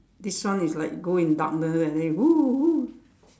this one is like go in darkness and then you !whoo! !whoo!